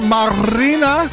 Marina